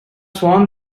sworn